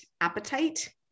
appetite